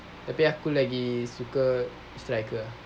tapi aku lagi suka striker